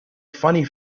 funny